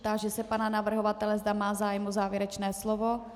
Táži se pana navrhovatele, zda má zájem o závěrečné slovo.